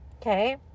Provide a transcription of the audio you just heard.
okay